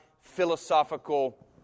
...philosophical